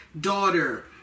daughter